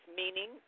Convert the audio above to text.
meaning